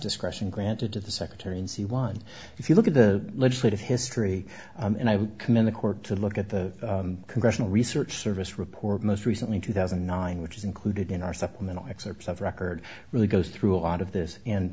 discretion granted to the secretary in c one if you look at the legislative history and i commend the court to look at the congressional research service report most recently two thousand and nine which is included in our supplemental excerpts of record really goes through a lot of this and